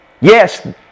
yes